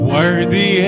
Worthy